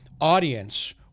audience